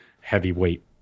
heavyweight